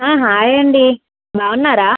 హాయ అండి బాగుంన్నారా